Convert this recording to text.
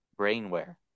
brainware